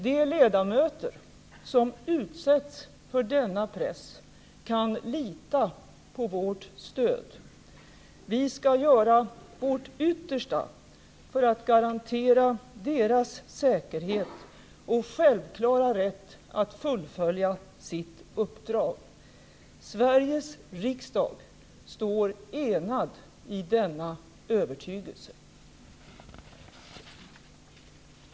De ledamöter som utsätts för denna press kan lita på vårt stöd. Vi skall göra vårt yttersta för att garantera deras säkerhet och självklara rätt att fullfölja sitt uppdrag. Sveriges riksdag står enad i denna övertygelse.